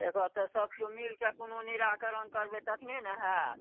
एकर तऽ सब किओ मिलके कोनो निराकरण करबै तखने ने होयत